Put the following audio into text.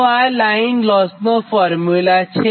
તો આ line loss નો ફોર્મ્યુલા છે